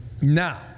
Now